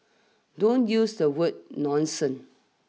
don't use the word nonsense